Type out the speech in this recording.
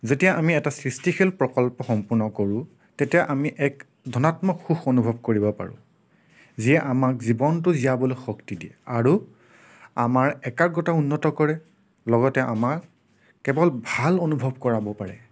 যেতিয়া আমি এটা সৃষ্টিশীল প্ৰকল্প সম্পূৰ্ণ কৰোঁ তেতিয়া আমি এক ধনাত্মক সুখ অনুভৱ কৰিব পাৰোঁ যিয়ে আমাক জীৱনটো জীয়াবলৈ শক্তি দিয়ে আৰু আমাৰ একাগ্ৰতা উন্নত কৰে লগতে আমাক কেৱল ভাল অনুভৱ কৰাব পাৰে